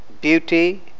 beauty